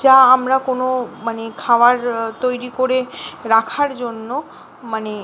যা আমরা কোনো মানে খাবার তৈরি করে রাখার জন্য মানে